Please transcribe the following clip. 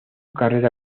carrera